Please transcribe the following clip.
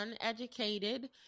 uneducated